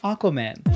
Aquaman